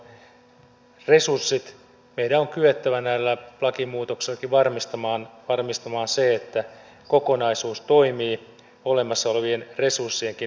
meidän on kyettävä näillä lakimuutoksillakin varmistamaan se että kokonaisuus toimii olemassa olevien resurssienkin näkökulmasta